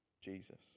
Jesus